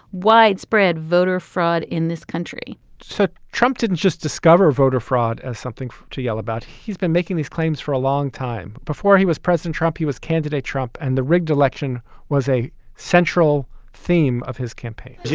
widespread voter fraud in this country so trump didn't just discover voter fraud as something to yell about. he's been making these claims for a long time. before he was president trump, he was candidate trump. and the rigged election was a central theme of his campaign you